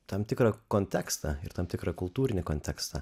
tam tikrą kontekstą ir tam tikrą kultūrinį kontekstą